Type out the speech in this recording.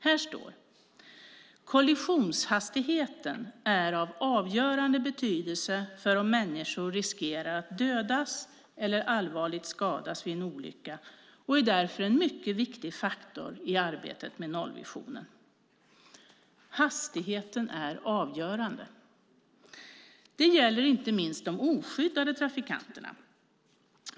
Det står så här: "Kollisionshastigheten är av avgörande betydelse för om människor riskerar att dödas eller allvarligt skadas vid en olycka och är därför en mycket viktig faktor i arbetet med nollvisionen." Hastigheten är alltså avgörande. Detta gäller inte minst de oskyddade trafikanterna.